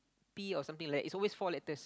P or something like that it's always four letters